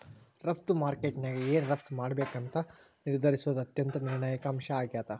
ರಫ್ತು ಮಾರುಕಟ್ಯಾಗ ಏನ್ ರಫ್ತ್ ಮಾಡ್ಬೇಕಂತ ನಿರ್ಧರಿಸೋದ್ ಅತ್ಯಂತ ನಿರ್ಣಾಯಕ ಅಂಶ ಆಗೇದ